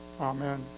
Amen